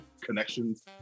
connections